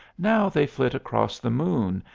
now they flit across the moon,